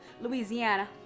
Louisiana